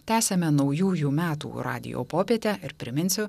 tęsiame naujųjų metų radijo popietę ir priminsiu